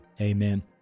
Amen